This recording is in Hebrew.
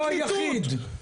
אתה לא היחיד.